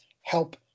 help